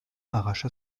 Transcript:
arracha